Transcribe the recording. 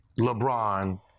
LeBron